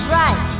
right